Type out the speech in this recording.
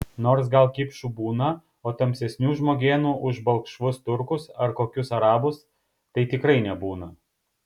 nors gal kipšų būna o tamsesnių žmogėnų už balkšvus turkus ar kokius arabus tai tikrai nebūna